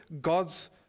God's